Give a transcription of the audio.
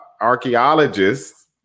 archaeologists